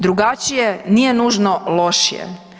Drugačije nije nužno lošije.